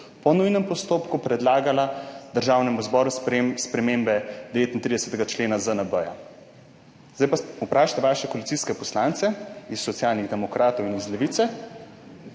po nujnem postopku predlagala Državnemu zboru sprejetje spremembe 39. člena ZNB. Zdaj pa vprašajte svoje koalicijske poslance iz Socialnih demokratov in iz Levice,